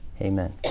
Amen